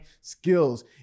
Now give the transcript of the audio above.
skills